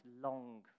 long